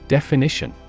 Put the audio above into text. Definition